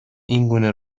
اینگونه